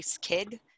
kid